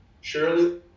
surely